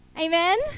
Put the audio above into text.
Amen